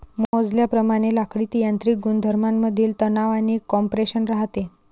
मोजल्याप्रमाणे लाकडीत यांत्रिक गुणधर्मांमधील तणाव आणि कॉम्प्रेशन राहते